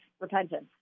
repentance